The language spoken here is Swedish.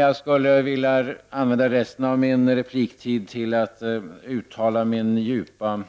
Jag skulle vilja använda resten av min repliktid till att uttala min djupa